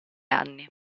anni